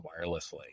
wirelessly